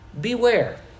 beware